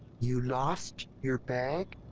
you lost your bag?